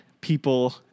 people